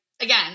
again